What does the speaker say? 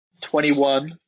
Twenty-one